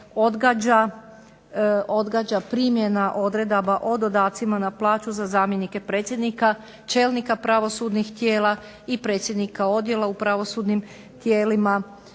odgađa primjena odredaba o dodacima na plaću za zamjenike predsjednika, čelnika pravosudnih tijela i predsjednika odjela u pravosudnim tijelima